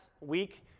week